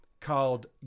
called